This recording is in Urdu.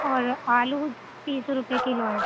اور آلو تیس روپئے کلو ہیں